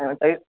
तऽ ई